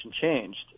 changed